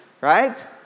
Right